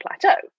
plateau